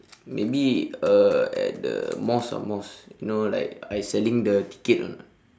maybe uh at the mosque ah mosque you know like I selling the ticket or not